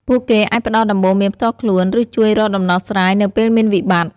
ពួកគេអាចផ្តល់ដំបូន្មានផ្ទាល់ខ្លួន ឬជួយរកដំណោះស្រាយនៅពេលមានវិបត្តិ។